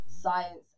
science